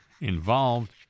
involved